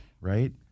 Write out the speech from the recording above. right